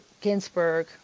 Ginsburg